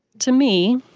to me,